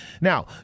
Now